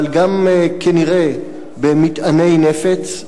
אבל כנראה גם במטעני נפץ,